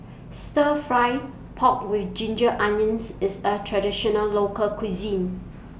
Stir Fry Pork with Ginger Onions IS A Traditional Local Cuisine